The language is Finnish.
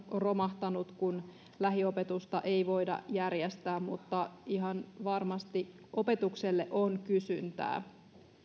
romahtaneet kun lähiopetusta ei voida järjestää mutta ihan varmasti opetukselle on kysyntää